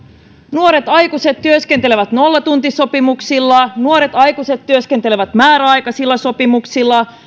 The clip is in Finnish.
nuoret aikuiset työskentelevät nollatuntisopimuksilla nuoret aikuiset työskentelevät määräaikaisilla sopimuksilla